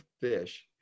fish